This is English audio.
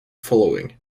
following